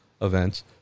events